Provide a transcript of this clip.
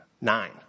Nine